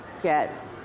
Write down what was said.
get